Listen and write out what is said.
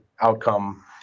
outcome